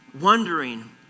wondering